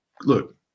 Look